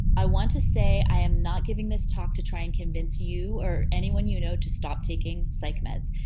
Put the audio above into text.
i want to say i am not giving this talk to try and convince you or anyone you know to stop taking psych meds.